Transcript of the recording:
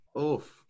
Oof